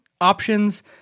options